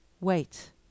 wait